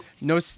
no